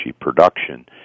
production